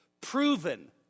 proven